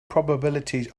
probabilities